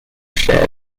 share